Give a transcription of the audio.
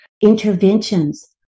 interventions